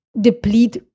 deplete